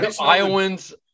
Iowans